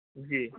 جی